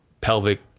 pelvic